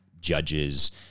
judges